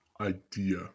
idea